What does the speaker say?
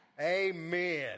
Amen